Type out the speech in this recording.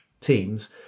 teams